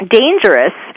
dangerous